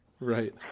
Right